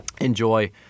Enjoy